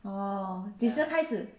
oh 几时开始